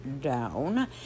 down